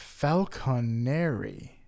falconeri